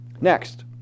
Next